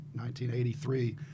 1983